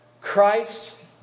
Christ